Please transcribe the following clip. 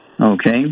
okay